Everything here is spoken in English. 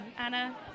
Anna